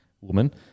woman